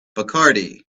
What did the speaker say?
bacardi